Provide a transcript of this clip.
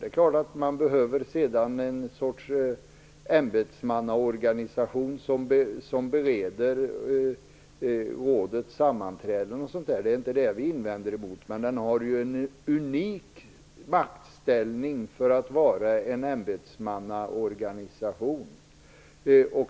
Det är klart att man sedan behöver en sorts ämbetsmannaorganisation som bereder rådets sammanträden och liknande. Det är inte det vi invänder emot. Kommissionen har en unik maktställning för att vara en ämbetsmannaorganisation.